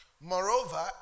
Moreover